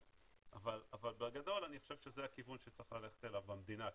אבל בגדול אני חושב שזה הכיוון שצריך ללכת אליו במדינה כמדינה.